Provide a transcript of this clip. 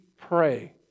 pray